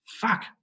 fuck